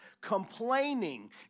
Complaining